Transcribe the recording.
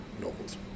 novels